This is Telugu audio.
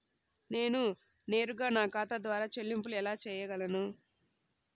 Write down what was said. నేను నేరుగా నా ఖాతా ద్వారా చెల్లింపులు ఎలా చేయగలను?